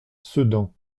sedan